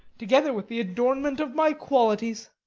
together with the adornment of my qualities.